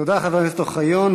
תודה, חבר הכנסת אוחיון.